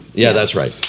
yeah, that's right.